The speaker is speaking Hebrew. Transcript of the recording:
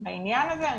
בעניין הזה.